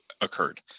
occurred